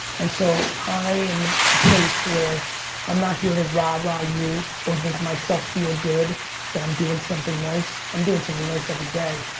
and so, i am at a place where i'm not here to ra-ra you or make myself feel good that i'm doing something nice, i'm doing something nice everyday.